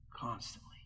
constantly